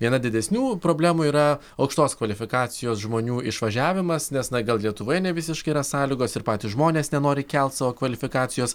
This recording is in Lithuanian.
viena didesnių problemų yra aukštos kvalifikacijos žmonių išvažiavimas nes na gal lietuvoje nevisiškai yra sąlygos ir patys žmonės nenori kelt savo kvalifikacijos